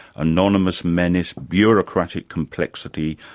anonymous menace, bureaucratic complexity,